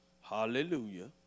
hallelujah